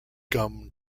gum